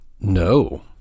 No